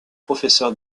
professeur